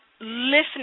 listening